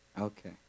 Okay